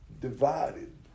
divided